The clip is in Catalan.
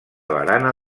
barana